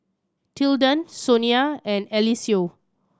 Tilden Sonia and Eliseo